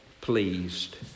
pleased